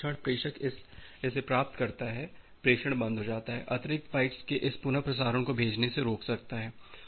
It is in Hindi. और जिस क्षण प्रेषक इसे प्राप्त करता है प्रेषण बंद हो जाता है अतिरिक्त बाइट्स के इस पुन प्रसारण को भेजने से रोक सकता है